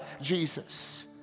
Jesus